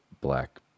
black